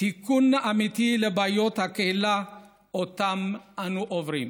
תיקון אמיתי לבעיות הקהילה שאותן אנו עוברים.